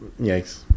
yikes